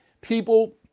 people